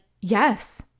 yes